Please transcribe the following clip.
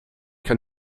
kann